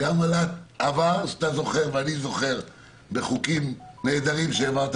גם על העבר - אתה זוכר ואני זוכר חוקים נהדרים שהעברת